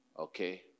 okay